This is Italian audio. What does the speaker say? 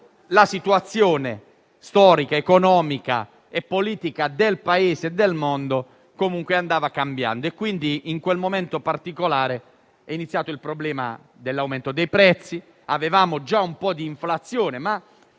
la situazione storica, economica e politica, del Paese e del mondo andava cambiando. In quel momento particolare è iniziato il problema dell'aumento dei prezzi. Avevamo già un po' di inflazione, ma